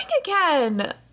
again